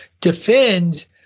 defend